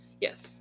Yes